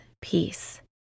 peace